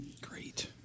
Great